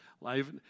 life